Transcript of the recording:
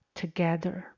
together